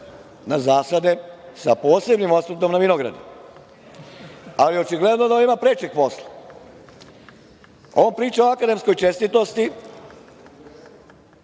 na zasade, sa posebnim osvrtom na vinograde, ali, očigledno da ima prečeg posla. Ova priča o akademskoj čestitosti,